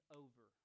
over